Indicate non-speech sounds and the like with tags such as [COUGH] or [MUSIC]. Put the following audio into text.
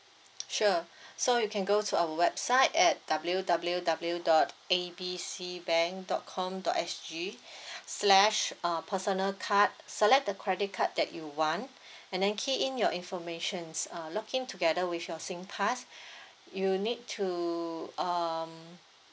sure so you can go to our website at W W W dot A B C bank dot com dot S G [BREATH] slash uh personal card select the credit card that you want and then key in your informations uh login together with your singpass you need to um